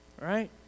right